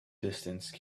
distance